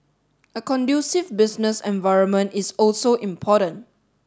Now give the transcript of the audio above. a conducive business environment is also important